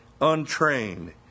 untrained